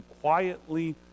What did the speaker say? quietly